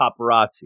paparazzi